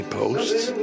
posts